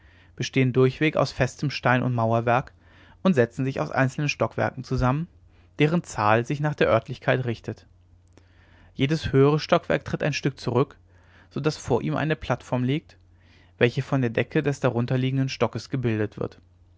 bestehen durchweg aus festem stein und mauerwerk und setzen sich aus einzelnen stockwerken zusammen deren zahl sich nach der oertlichkeit richtet jedes höhere stockwerk tritt ein stück zurück so daß vor ihm eine plattform liegt welche von der decke des darunterliegenden stockes gebildet wird